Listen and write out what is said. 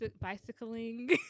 bicycling